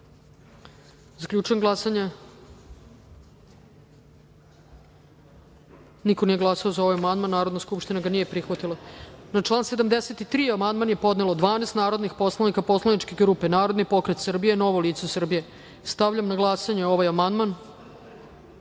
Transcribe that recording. amandman. Zaključujem glasanje: niko nije glasao za ovaj amandman. Narodna skupština ga nije prihvatila. Na član 84. amandman je podnelo 12 narodnih poslanika poslaničke grupe Narodni pokret Srbije – Novo lice Srbije. Stavljam na glasanje ovaj